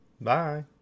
Bye